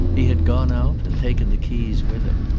he had gone out and taken the keys with him.